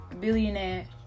billionaire